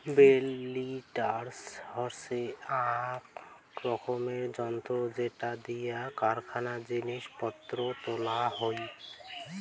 bell lifter হসে আক রকমের যন্ত্র যেটা দিয়া কারখানায় জিনিস পত্র তোলা হই